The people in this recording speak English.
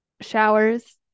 showers